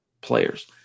players